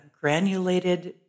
granulated